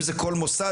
אם זה כל מוסד,